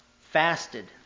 fasted